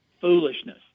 foolishness